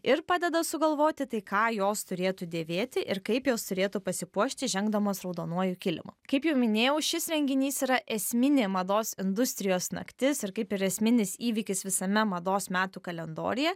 ir padeda sugalvoti tai ką jos turėtų dėvėti ir kaip jos turėtų pasipuošti žengdamos raudonuoju kilimu kaip jau minėjau šis renginys yra esminė mados industrijos naktis ir kaip ir esminis įvykis visame mados metų kalendoriuje